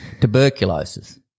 Tuberculosis